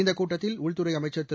இந்தகூட்டத்தில் உள்துறைஅமைச்சா் திரு